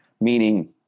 Meaning